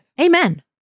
Amen